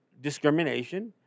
discrimination